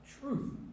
truth